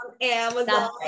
Amazon